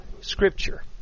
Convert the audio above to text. Scripture